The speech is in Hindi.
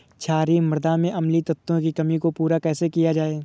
क्षारीए मृदा में अम्लीय तत्वों की कमी को पूरा कैसे किया जाए?